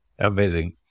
Amazing